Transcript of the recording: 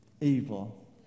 evil